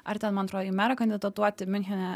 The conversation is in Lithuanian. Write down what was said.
ar ten man atrodo į merą kandidatuoti miunchene